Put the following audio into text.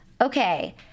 Okay